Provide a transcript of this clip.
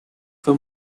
for